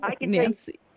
Nancy